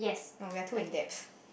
oh we are too in depth